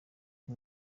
ati